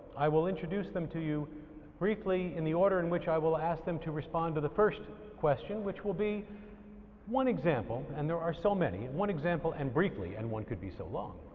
i will introduce them to you briefly in the order in which i will i ask them to respond to the first question, which will be one example and there are so many, one example and briefly and one could be so long,